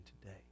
today